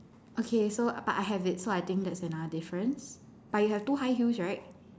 okay so but I have it so I think that's another difference but you have two high heels right